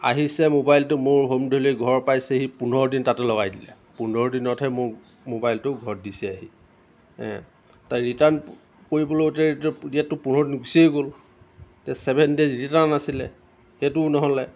আহিছে মোবাইলটো মোৰ হোম দেলি ঘৰ পাইছেহি পোন্ধৰদিন তাতে লগাই দিলে পোন্ধৰ দিনতহে মোক মোবাইলটো ঘৰত দিছে আহি তাৰ ৰিটাৰ্ণ কৰিবলৈও এতিয়া ইয়াতটো পোন্ধৰদিন গুচিয়েই গ'ল এতিয়া চেভেন দেইজ ৰিটাৰ্ণ আছিলে সেইটোও নহ'লে